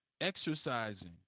exercising